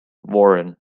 warren